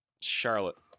Charlotte